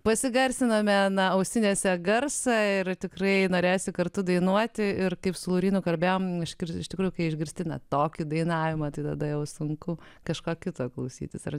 pasigarsiname na ausinėse garsą ir tikrai norėsi kartu dainuoti ir kaip sūrį nukalbėjome iškris iš tikrųjų kai išgirsti tokį dainavimą atideda jau sunku kažką kita klausytis ar